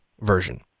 version